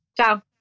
Ciao